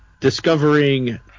discovering